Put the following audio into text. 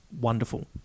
wonderful